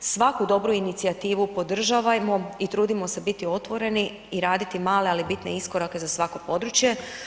Svaku dobru inicijativu podržavajmo i trudimo se biti otvoreni i raditi male ali bitne iskorake za svako područje.